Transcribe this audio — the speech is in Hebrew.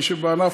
מי שבענף,